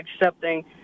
accepting